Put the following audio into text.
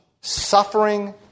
suffering